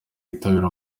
yitabira